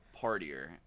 partier